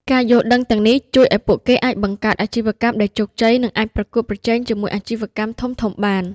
ការយល់ដឹងទាំងនេះជួយឱ្យពួកគេអាចបង្កើតអាជីវកម្មដែលជោគជ័យ និងអាចប្រកួតប្រជែងជាមួយអាជីវកម្មធំៗបាន។